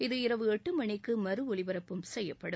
இது இரவு எட்டு மணிக்கு மறு ஒலிபரபப்பும் செய்யப்படும்